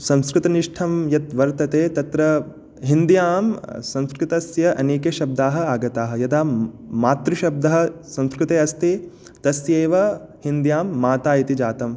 संस्कृतनिष्ठं यत् वर्तते तत्र हिन्द्यां संस्कृतस्य अनेके शब्दाः आगताः यदा मातृशब्दः संस्कृतेऽस्ति तस्यैव हिन्द्यां माता इति जातम्